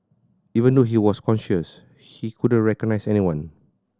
even though he was conscious he couldn't recognise anyone